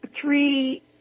three